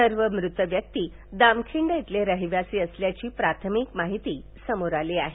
सर्व मृत व्यक्ती दामखिंड इथले रहिवासी असल्याची प्राथमिक माहिती समोर आली आहे